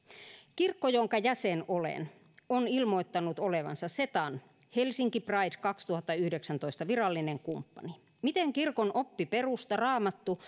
kirkko jonka jäsen olen on ilmoittanut olevansa setan helsinki pride kaksituhattayhdeksäntoistan virallinen kumppani miten kirkon oppiperusta raamattu